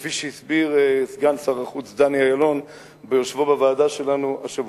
כפי שהסביר סגן שר החוץ דני אילון ביושבו בוועדה שלנו השבוע.